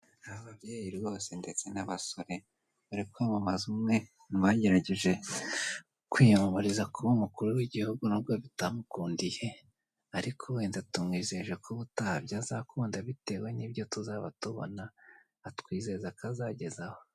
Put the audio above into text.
Ababyeyi rwose ndetse n'abasore bari kwamamaza umwe mu bagerageje kwiyamamariza kuba umukuru w'igihugu nubwo bitamukundiye, ariko wenda tumwijeje ko ubutaha byazakunda bitewe nibyo tuzaba tubona atwizeza ko azagezaho.